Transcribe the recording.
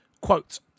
quote